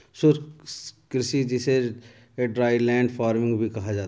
शुष्क कृषि जिसे ड्राईलैंड फार्मिंग भी कहा जाता है